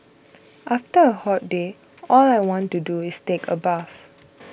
after a hot day all I want to do is take a bath